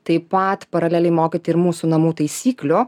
taip pat paraleliai mokyti ir mūsų namų taisyklių